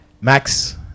Max